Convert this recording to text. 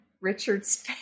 Richard's